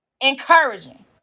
encouraging